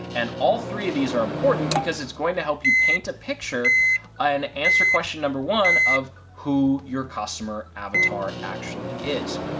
and all three of these are important because it's going to help you paint a picture and answer question no. one of who your customer avatar actually is.